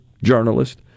journalist